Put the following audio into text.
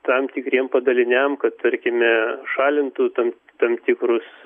tam tikriem padaliniam kad tarkime šalintų tam tam tikrus